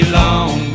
long